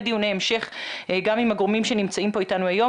דיוני המשך גם עם הגורמים שנמצאים פה איתנו היום.